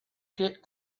kid